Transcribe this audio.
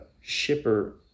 shipper